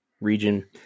region